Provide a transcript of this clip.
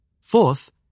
Fourth